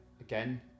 again